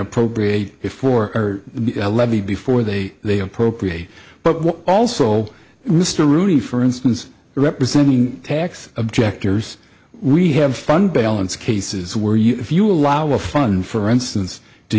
appropriate it for the levy before they they appropriate but also mr rooney for instance representing tax objectors we have fun balance cases where you if you allow a fund for instance to